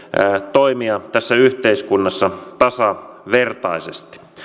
toimia tässä yhteiskunnassa tasavertaisesti